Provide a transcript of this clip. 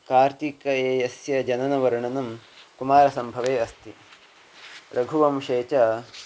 कार्तिकेयस्य जननवर्णनं कुमारसम्भवे अस्ति रघुवंशे च